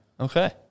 Okay